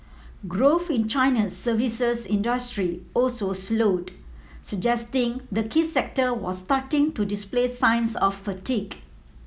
growth in China's services industry also slowed suggesting the key sector was starting to display signs of fatigue